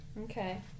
Okay